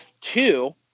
two